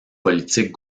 politiques